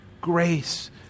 grace